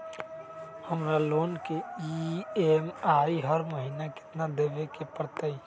हमरा लोन के ई.एम.आई हर महिना केतना देबे के परतई?